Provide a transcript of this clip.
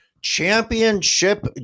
championship